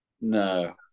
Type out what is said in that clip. No